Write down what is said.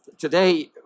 Today